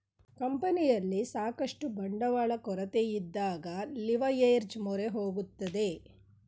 ಕಂಪನಿಯಲ್ಲಿ ಸಾಕಷ್ಟು ಬಂಡವಾಳ ಕೊರತೆಯಿದ್ದಾಗ ಲಿವರ್ಏಜ್ ಮೊರೆ ಹೋಗುತ್ತದೆ